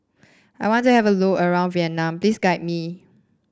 I want to have a look around Vienna please guide me